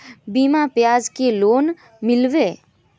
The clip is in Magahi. बिना ब्याज के लोन मिलते?